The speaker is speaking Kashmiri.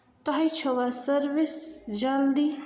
تۄہہِ چھوا سٔروِس جَلدی